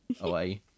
away